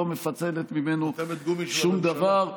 היא לא מפצלת ממנו שום דבר,